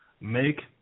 make